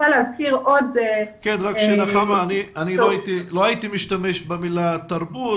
לא הייתי משתמש במילה "תרבות",